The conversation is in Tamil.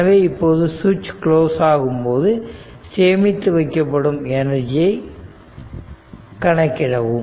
எனவே இப்போது ஸ்விச் க்ளோஸ் ஆகும்போது சேமித்து வைக்கப்படும் எனர்ஜியை கணக்கிடவும்